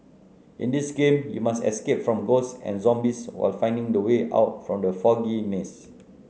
in this game you must escape from ghosts and zombies while finding the way out from the foggy maze